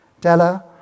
Della